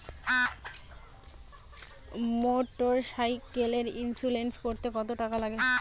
মোটরসাইকেলের ইন্সুরেন্স করতে কত টাকা লাগে?